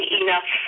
enough